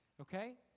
Okay